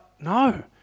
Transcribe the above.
no